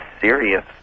serious